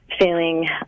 feeling